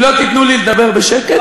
אם לא תיתנו לי לדבר בשקט,